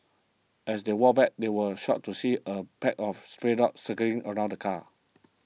as they walked back they were shocked to see a pack of stray dogs circling around the car